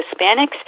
Hispanics